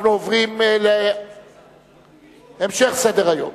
אנחנו עוברים להמשך סדר-היום.